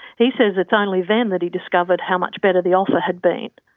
he says it's only then that he discovered how much better the offer had been,